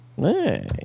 Hey